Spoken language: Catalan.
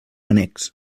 annex